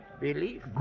belief